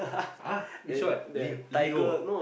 !huh! which one li~ Liho ah